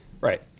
right